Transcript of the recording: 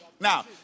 Now